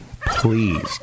please